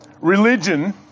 Religion